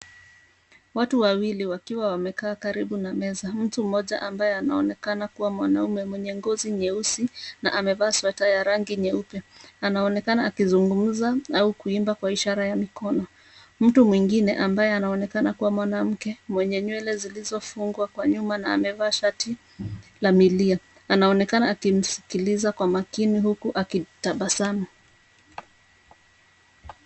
Watu wawili wakiwa wamekaa karibu na meza. Mtu mmoja ambaye anaonekana kuwa mwanaume mwenye ngozi nyeusi na amevaa sweta ya rangi nyeupe anaonekana akizungumza au kuimba kwa ishara ya mikono. Mtu mwingine ambaye anonekana kuwa mwanamke mwenye nywele zilizofungwa kwa nyuma na amevaa shati la milia. Anaonekana akimsikiliza kwa makini huku akitabasamu.